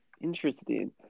interesting